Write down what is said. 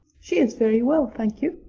she is very well, thank you.